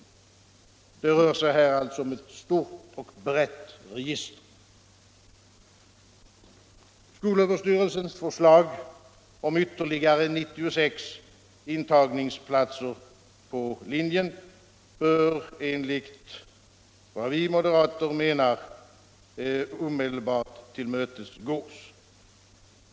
Det rör sig här alltså om ett stort och brett register. Skolöverstyrelsens förslag om ytterligare 96 intagningsplatser på linjen bör enligt vad vi moderater menar omedelbart tillmötesgås.